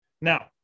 Now